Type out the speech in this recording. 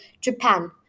Japan